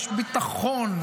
יש ביטחון,